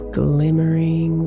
glimmering